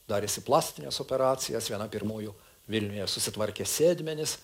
darėsi plastines operacijas viena pirmųjų vilniuje susitvarkė sėdmenis